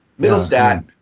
Middlestat